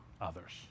others